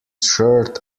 shirt